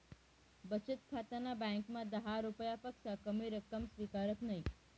बचत खाताना ब्यांकमा दहा रुपयापक्सा कमी रक्कम स्वीकारतंस नयी